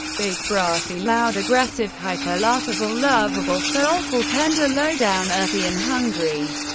big, brassy, loud, aggressive, hyper, laughable, lovable, soulful, tender, low-down, earthy, and hungry.